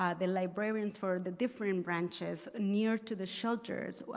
um the librarians for the different branches near to the shelters,